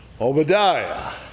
Obadiah